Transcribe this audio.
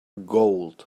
gold